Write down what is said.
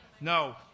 No